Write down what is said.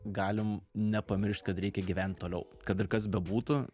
galim nepamiršt kad reikia gyvent toliau kad ir kas bebūtų